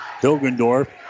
Hilgendorf